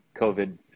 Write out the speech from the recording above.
COVID